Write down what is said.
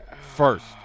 first